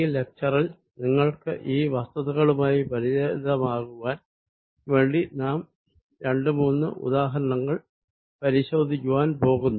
ഈ ലക്ച്ചറിൽ നിങ്ങൾക്ക് ഈ വസ്തുതകളുമായി പരിചിതമാകുവാൻ വേണ്ടി നാം രണ്ടു മൂന്ന് ഉദാഹരണങ്ങൾ പരിശോധിക്കുവാൻ പോകുന്നു